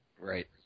Right